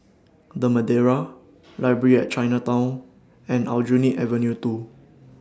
The Madeira Library At Chinatown and Aljunied Avenue two